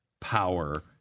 power